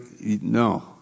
no